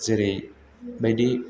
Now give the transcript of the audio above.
जेरै बायदि